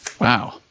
Wow